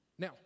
Now